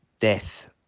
death